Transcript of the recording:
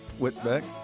Whitbeck